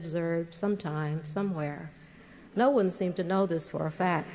observed sometime somewhere no one seems to know this for a fact